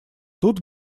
тут